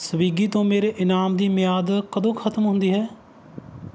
Swiggy ਤੋਂ ਮੇਰੇ ਇਨਾਮ ਦੀ ਮਿਆਦ ਕਦੋਂ ਖਤਮ ਹੁੰਦੀ ਹੈ